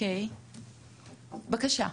בבקשה.